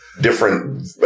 different